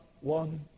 one